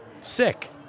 Sick